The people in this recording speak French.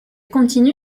continue